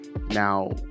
Now